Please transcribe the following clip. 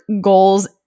goals